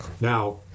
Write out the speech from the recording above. Now